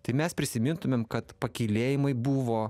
tai mes prisimintumėme kad pakylėjimai buvo